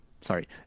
sorry